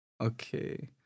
Okay